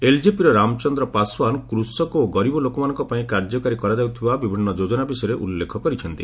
ଏଲ୍ଜେପିର ରାମଚନ୍ଦ୍ର ପାଶୱାନ୍ କୃଷକ ଓ ଗରିବ ଲୋକମାନଙ୍କ ପାଇଁ କାର୍ଯ୍ୟକାରୀ କରାଯାଉଥିବା ବିଭିନ୍ନ ଯୋଜନା ବିଷୟରେ ଉଲ୍ଲେଖ କରିଛନ୍ତି